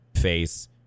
face